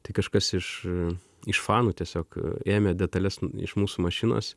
tai kažkas iš iš fanų tiesiog ėmė detales nu iš mūsų mašinos